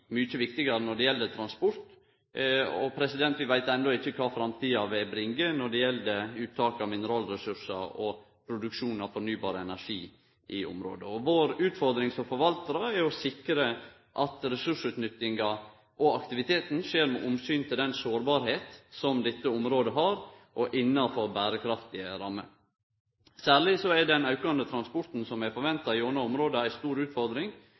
mykje viktigare når det gjeld transport. Vi veit enno ikkje kva framtida vil bringe når det gjeld uttak av mineralressursar og produksjon av fornybar energi i området. Vår utfordring som forvaltarar er å sikre at ressursutnyttinga og aktiviteten skjer med omsyn til den sårbarheita som dette området har, og innanfor berekraftige rammer. Særleg er den aukande transporten som er forventa gjennom området, ei stor utfordring,